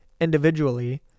individually